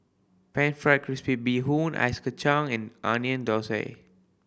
Pan Fried Crispy Bee Hoon Ice Kachang and Onion Thosai